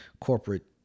corporate